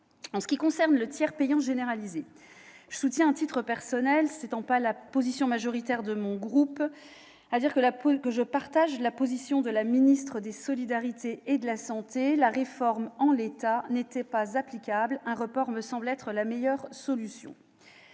ce qui concerne le tiers payant généralisé, je partage, à titre personnel- telle n'est pas la position majoritaire de mon groupe -, la position de la ministre des solidarités et de la santé : la réforme, en l'état, n'était pas applicable ; un report me semble être la meilleure solution.